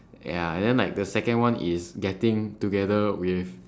ya then like the second one is getting together with